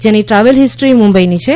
જેની travel history મુંબઇની છે